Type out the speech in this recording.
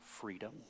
freedom